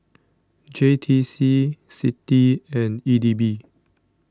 J T C C I T I and E D B